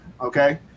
okay